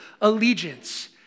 allegiance